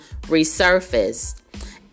resurfaced